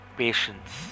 patience